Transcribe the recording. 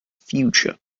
future